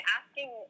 asking